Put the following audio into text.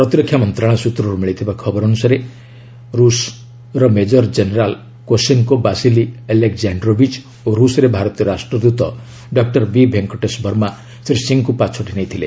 ପ୍ରତିରକ୍ଷା ମନ୍ତ୍ରଣାଳୟ ସୂତ୍ରରୁ ମିଳିଥିବା ଖବର ଅନୁସାରେ ରୁଷ୍ major general Kosenko Vasily Aleksandrovich ଓ ରୁଷରେ ଭାରତୀୟ ରାଷ୍ଟ୍ରଦୃତ ଡକୁର ବି ଭେଙ୍କଟେଶ ବର୍ମା ଶ୍ରୀ ସିଂହଙ୍କୁ ପାଛୋଟି ନେଇଥିଲେ